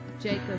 Jacob